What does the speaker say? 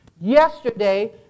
yesterday